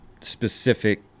specific